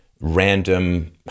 random